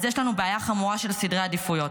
אז יש לנו בעיה חמורה של סדרי עדיפויות.